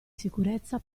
sicurezza